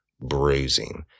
bruising